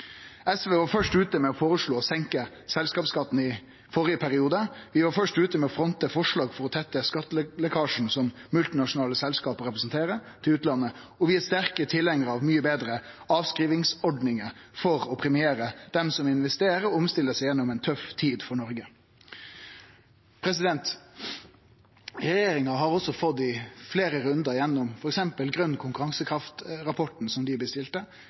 SV var først ute med å føreslå å senke selskapsskatten i førre periode. Vi var først ute med å fronte eit forslag for å tette skattelekkasjen som multinasjonale selskap representerer, til utlandet, og vi er sterke tilhengarar av mykje betre avskrivingsordningar for å premiere dei som investerer og omstiller seg gjennom ei tøff tid for Noreg. Regjeringa har i fleire rundar, gjennom f.eks. grøn konkurransekraft-rapporten, som dei bestilte,